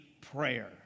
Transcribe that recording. prayer